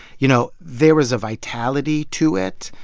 you know, there was a vitality to it.